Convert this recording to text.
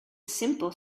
simple